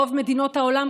רוב מדינות העולם,